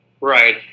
Right